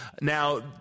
Now